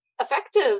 effective